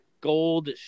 gold